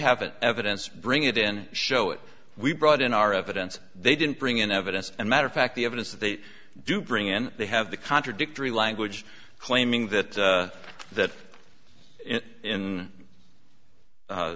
an evidence bring it in show it we brought in our evidence they didn't bring in evidence a matter of fact the evidence that they do bring in they have the contradictory language claiming that that i